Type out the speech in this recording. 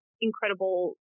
incredible